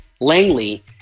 Langley